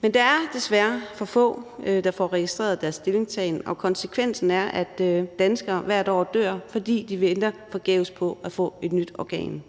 Men der er desværre for få, der får registreret deres stillingtagen, og konsekvensen er, at danskere hvert år dør, fordi de venter forgæves på at få et nyt organ.